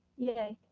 yay.